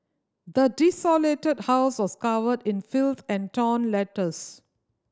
the desolated house was covered in filth and torn letters